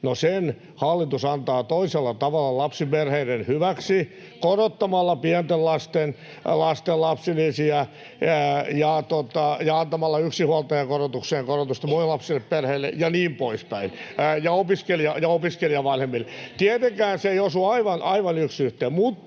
sen hallitus antaa toisella tavalla lapsiperheiden hyväksi: korottamalla pienten lasten lapsilisiä ja antamalla yksinhuoltajakorotukseen korotusta monilapsisille perheille ja niin poispäin [Välihuutoja vasemmistoliiton ryhmästä] ja opiskelijavanhemmille. Tietenkään se ei osu aivan yksi yhteen, mutta